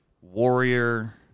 Warrior